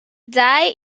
died